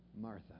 Martha